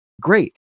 Great